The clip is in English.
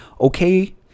okay